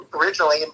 originally